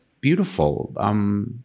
beautiful